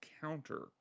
counter